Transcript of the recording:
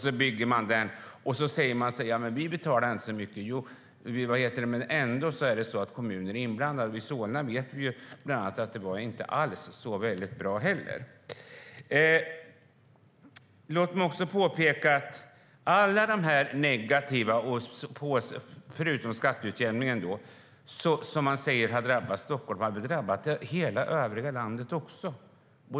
Så säger man att man inte betalar så mycket för bygget, men det är ett faktum att kommuner är inblandade, och i bland annat Solna vet vi att detta inte alls var så bra. Låt mig också påpeka att allt det negativa som man säger har drabbat Stockholm, förutom skatteutjämningen, har drabbat hela övriga landet också.